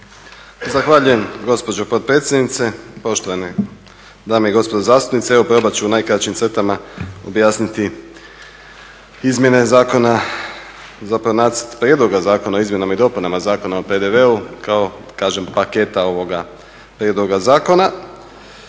Zahvaljujem gospođo potpredsjednice. Poštovane dame i gospodo zastupnici. Evo probat ću u najkraćim crtama objasniti izmjene zakona, zapravo Nacrt prijedloga zakona o izmjenama i dopunama Zakona o PDV-u, kao paketa ovoga prijedloga zakona.